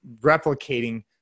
replicating